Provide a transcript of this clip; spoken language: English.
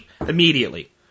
immediately